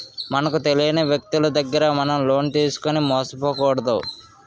మనకు తెలియని వ్యక్తులు దగ్గర మనం లోన్ తీసుకుని మోసపోకూడదు